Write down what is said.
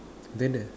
then there's